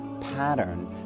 pattern